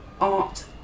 art